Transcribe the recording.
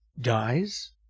dies